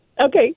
Okay